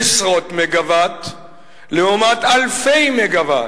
עשרות מגוואט לעומת אלפי מגוואט.